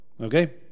Okay